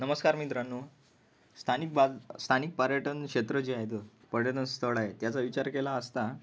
नमस्कार मित्रांनो स्थानिक भाग स्थानिक पर्यटन क्षेत्र जे आहेत पर्यटनस्थळ आहे त्याचा विचार केला असता